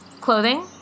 clothing